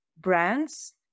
brands